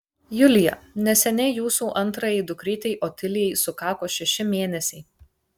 julija neseniai jūsų antrajai dukrytei otilijai sukako šeši mėnesiai